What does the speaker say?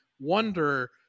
wonder